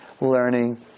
learning